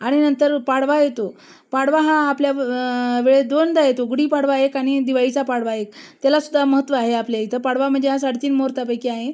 आणि नंतर पाडवा येतो पाडवा हा आपल्या व् वेळेस दोनदा येतो गुढीपाडवा एक आणि दिवाळीचा पाडवा एक त्यालासुद्धा महत्त्व आहे आपल्या इथं पाडवा म्हणजे हा साडेतीन मुहूर्तांपैकी आहे